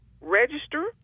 register